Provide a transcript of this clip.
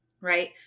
right